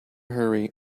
hurry